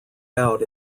out